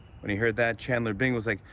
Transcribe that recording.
when he heard that, chandler bing was like,